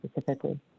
specifically